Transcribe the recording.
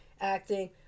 acting